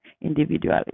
individually